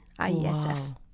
IESF